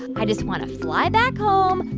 i just want to fly back home,